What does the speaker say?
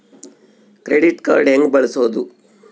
Credit card ಹೆಂಗ ಬಳಸೋದು?